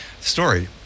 story